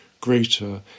greater